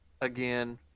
Again